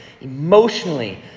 emotionally